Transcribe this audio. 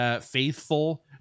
Faithful